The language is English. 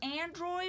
Android